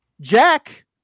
Jack